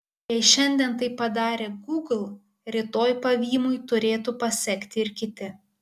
jei šiandien tai padarė gūgl rytoj pavymui turėtų pasekti ir kiti